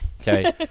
Okay